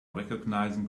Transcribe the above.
recognizing